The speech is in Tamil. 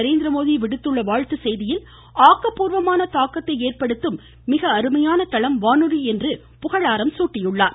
நரேந்திரமோடி விடுத்துள்ள வாழ்த்துச் செய்தியில் ஆக்கப்பூர்வமான தாக்கத்தை ஏற்படுத்தும் மிக அருமையான தளம் வானொலி என்று புகழாரம் சூட்டியுள்ளார்